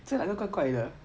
这好像怪怪的